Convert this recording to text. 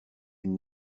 une